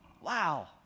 Wow